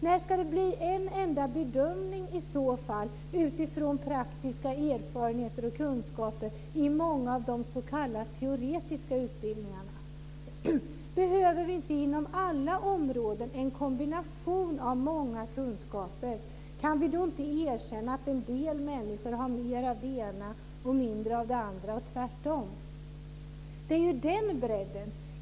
När ska det bli en enda bedömning i så fall utifrån praktiska erfarenheter och kunskaper i många av de s.k. teoretiska utbildningarna? Behöver vi inte inom alla områden en kombination av många kunskaper? Kan vi då inte erkänna att en del människor har mer av det ena och mindre av det andra och tvärtom. Det handlar ju om den bredden.